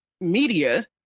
media